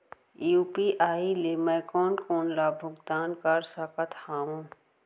UPI ले मैं कोन कोन ला भुगतान कर सकत हओं?